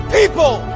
People